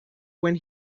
when